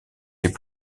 les